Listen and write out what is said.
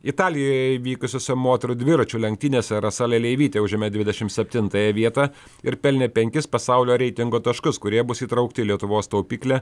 italijoje vykusiose moterų dviračių lenktynėse rasa leleivytė užėmė dvidešimt septintąją vietą ir pelnė penkis pasaulio reitingo taškus kurie bus įtraukti į lietuvos taupyklę